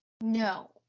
No